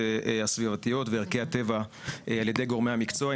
הסביבתיות וערכי הטבע על ידי גורמי המקצוע,